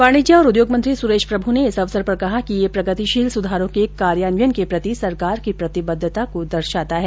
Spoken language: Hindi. वाणिज्य और उद्योग मंत्री सुरेश प्रभु ने इस अवसर पर कहा कि यह प्रगतिशील सुधारों के कार्यान्वंयन के प्रति सरकार की प्रतिबद्धता को दर्शाता है